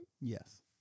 Yes